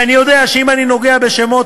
ואני יודע שאם אני נוגע בשמות,